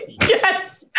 Yes